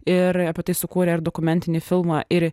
ir apie tai sukūrė ir dokumentinį filmą ir